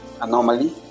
anomaly